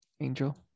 Angel